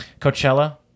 Coachella